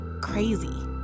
crazy